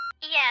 Yes